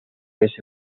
mes